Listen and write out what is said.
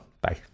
Bye